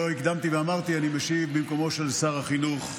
שאני משיב במקומו של שר החינוך,